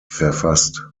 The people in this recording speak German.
verfasst